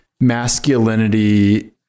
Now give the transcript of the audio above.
masculinity